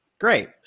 Great